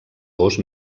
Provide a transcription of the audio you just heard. gos